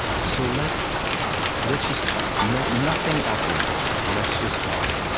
so let's let's just talk. nothing nothing off limits. let's just talk.